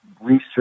research